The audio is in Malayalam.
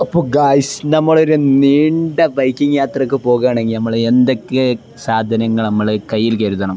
അപ്പോള് ഗയ്സ് നമ്മളൊരു നീണ്ട ബൈക്കിങ് യാത്രയ്ക്കു പോകുകയാണെങ്കില് നമ്മള് എന്തൊക്കെ സാധനങ്ങള് നമ്മള് കയ്യിൽ കരുതണം